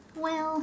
well